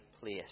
place